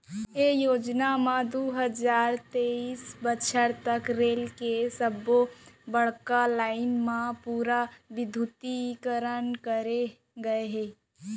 ये योजना म दू हजार तेइस बछर तक रेल के सब्बो बड़का लाईन म पूरा बिद्युतीकरन करे गय हे